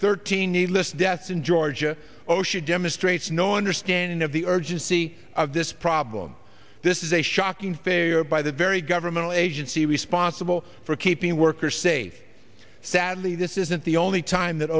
thirteen needless deaths in georgia osha demonstrates no understanding of the urgency of this problem this is a shocking failure by the very government agency responsible for keeping workers say sadly this isn't the only time that